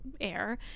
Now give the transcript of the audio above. air